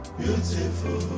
beautiful